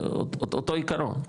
זה אותו עקרון,